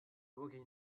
working